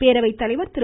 பேரவைத்தலைவர் திரு